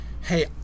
hey